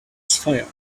fire